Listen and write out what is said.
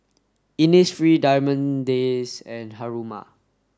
Innisfree Diamond Days and Haruma